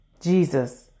Jesus